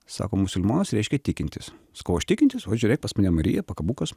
sako musulmonas reiškia tikintis sakau aš tikintis va žiūrėk pas mane marija pakabukas